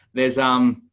there's, um,